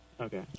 Okay